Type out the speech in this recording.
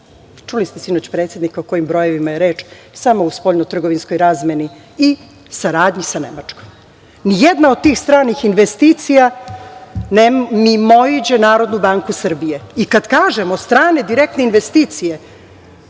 Čuli ste sinoć predsednika o kojim brojevima je reč, samo u spoljno-trgovinskoj razmeni i saradnji sa Nemačkom. Nijedna od stranih investicija ne mimoiđe Narodnu banku Srbije.I kad kažemo strane direktne investicije,